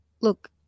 look